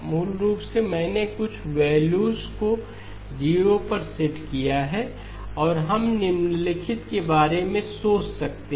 मूल रूप से मैंने कुछ वैल्यूज को 0 पर सेट किया है और हम निम्नलिखित के बारे में सोच सकते हैं